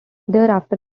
thereafter